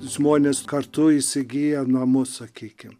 žmonės kartu įsigyja namus sakykim